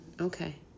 Okay